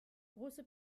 große